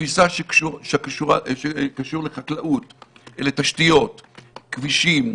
תפיסה שקשורה לחקלאות, לתשתיות, לכבישים,